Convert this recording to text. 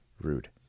Rude